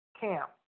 Camp